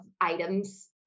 items